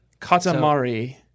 Katamari